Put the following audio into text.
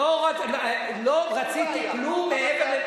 לא רציתי כלום מעבר,